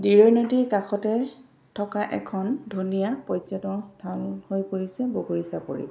দিৰৈ নদী কাষতে থকা এখন ধুনীয়া পৰ্যটন স্থান হৈ পৰিছে বকৰি চাপৰি